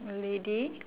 a lady